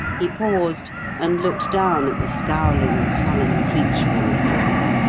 he paused and looked down at the scowling, sullen creature on the floor.